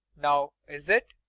now is it?